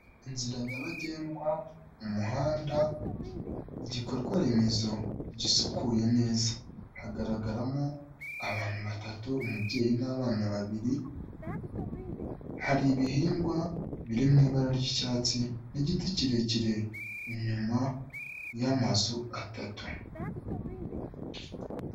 Inzira nyabagendwa, umuhanda, igikorwa remezo gisukuye neza, hagaragaramo abantu batatu umubyeyi n'abana babiri, hari ibihingwa biri mu ibara ry'icyatsi n'igiti kirekire inyuma y'amazu atatu.